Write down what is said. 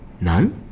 No